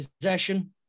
possession